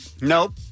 Nope